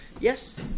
Yes